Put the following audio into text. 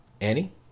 annie